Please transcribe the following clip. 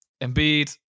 Embiid